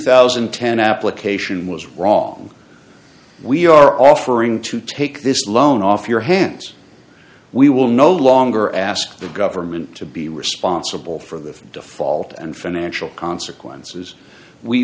thousand and ten application was wrong we are offering to take this loan off your hands we will no longer ask the government to be responsible for the default and financial consequences we